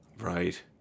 Right